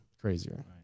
crazier